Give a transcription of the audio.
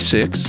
Six